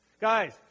Guys